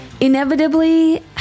Inevitably